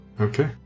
Okay